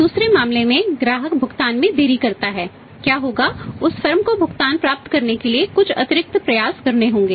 दूसरे मामले में ग्राहक भुगतान में देरी करता है क्या होगा उस फर्म को भुगतान प्राप्त करने के लिए कुछ अतिरिक्त प्रयास करने होंगे